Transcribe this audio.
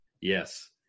Yes